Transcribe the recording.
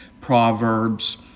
Proverbs